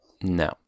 No